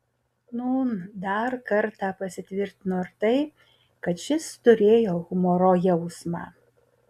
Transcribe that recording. nūn dar kartą pasitvirtino ir tai kad šis turėjo humoro jausmą